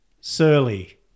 Surly